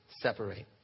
separate